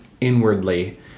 inwardly